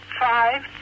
five